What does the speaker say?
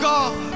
God